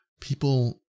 people